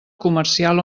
comercial